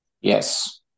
Yes